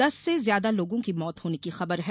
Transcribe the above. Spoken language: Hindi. दस से ज्यादा लोगों की मौत होने की खबर है